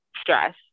stress